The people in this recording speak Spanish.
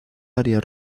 áreas